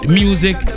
music